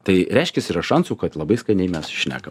tai reiškias yra šansų kad labai skaniai mes šnekam